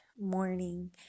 morning